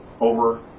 over